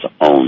own